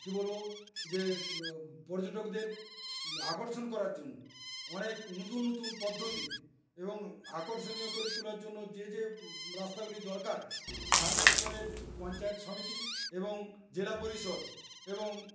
কী বলব যে পর্যটকদের আকর্ষণ করার জন্য অনেক নতুন নতুন পদ্ধতি এবং আকর্ষণীয় করে তোলার জন্য যে যে রাস্তাগুলি দরকার স্থানীয়স্তরের পঞ্চায়েত সমিতি এবং জেলা পরিষদ এবং